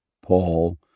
Paul